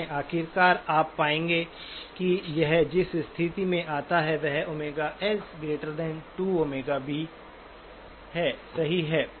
आखिरकार आप पाएंगे कि यह जिस स्थिति में आता है वह Ωs2ΩB सही है